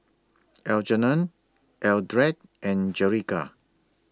Algernon Eldred and Jerica